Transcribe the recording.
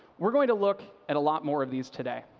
we're going to look at a lot more of these today.